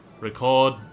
Record